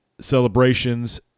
celebrations